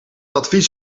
advies